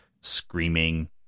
screaming